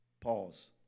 Pause